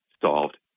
solved